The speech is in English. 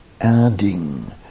adding